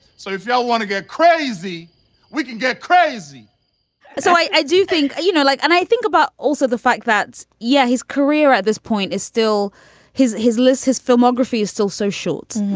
so if you don't want to get crazy we can get crazy so i do think you know like and i think about also the fact that yeah his career at this point is still his his list his filmography is still so short.